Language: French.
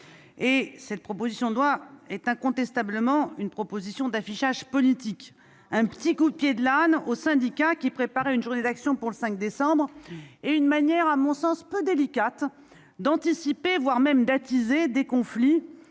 Cette proposition de loi est incontestablement une proposition d'affichage politique, un petit coup de pied de l'âne aux syndicats qui préparaient une journée d'action pour le 5 décembre dernier, et une manière à mon sens peu délicate d'anticiper, voire d'attiser, des conflits